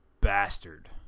bastard